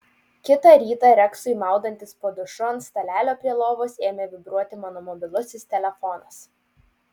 kitą rytą reksui maudantis po dušu ant stalelio prie lovos ėmė vibruoti mano mobilusis telefonas